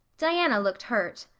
diana looked hurt.